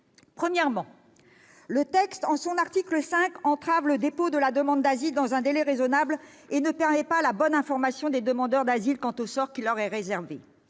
Premièrement, le texte, en son article 5, entrave le dépôt de la demande d'asile dans un délai raisonnable et ne permet pas la bonne information des demandeurs d'asile quant au sort qui leur est réservé.